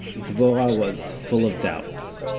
dvorah was full of doubts